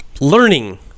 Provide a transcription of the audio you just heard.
learning